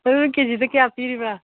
ꯃꯔꯣꯏ ꯀꯦꯖꯤꯗ ꯀꯌꯥ ꯄꯤꯔꯤꯕ